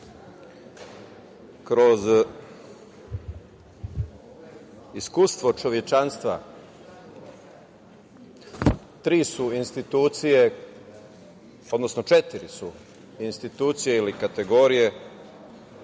kroz iskustvo čovečanstva četiri su institucije ili kategorije